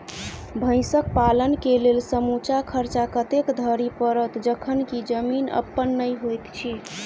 भैंसक पालन केँ लेल समूचा खर्चा कतेक धरि पड़त? जखन की जमीन अप्पन नै होइत छी